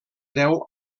deu